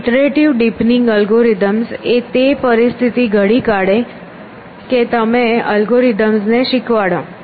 iterative deepening algorithms એ તે પરિસ્થિતિ ઘડી કાઢી કે તમે અલ્ગોરિધમ ને શીખવાડો